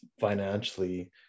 financially